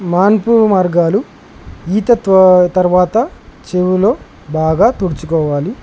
మానుపు మార్గాలు ఈత త తరువాత చెవిలో బాగా తుడుచుకోవాలి